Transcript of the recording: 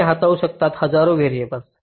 ते हाताळू शकतात हजारो व्हेरिएबल्स